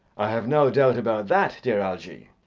i have no doubt about that, dear algy.